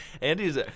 Andy's